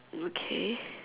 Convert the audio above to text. okay